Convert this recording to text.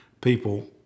people